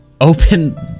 open